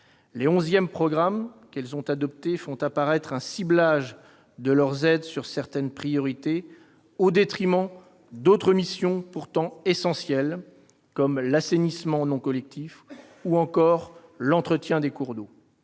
Les onzièmes programmes qu'elles ont adoptés font apparaître un ciblage de leurs aides sur certaines priorités, au détriment d'autres missions pourtant essentielles, comme l'assainissement non collectif ou encore l'entretien des cours d'eau.